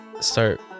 start